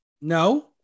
No